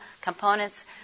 components